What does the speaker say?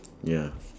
ya